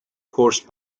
course